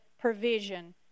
provision